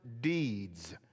deeds—